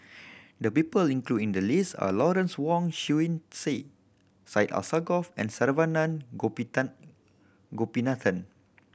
the people included in the list are Lawrence Wong Shyun Tsai Syed Alsagoff and Saravanan Gopinathan